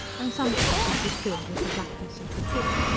and sometimes it was filled with the blackness of the pit.